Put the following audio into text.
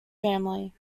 family